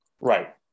Right